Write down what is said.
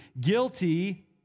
guilty